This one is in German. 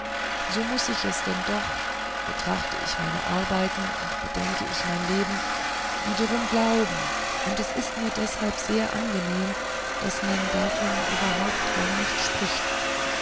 so muß ich es denn doch betrachte ich meine arbeiten und bedenke ich mein leben wiederum glauben und es ist mir deshalb sehr angenehm daß man davon überhaupt gar nicht spricht